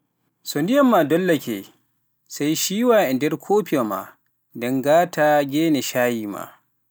So ndiyam maa dollake, sey ciiwa e nder koofiwa ma nden ngaata ngeene caayi ma